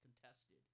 contested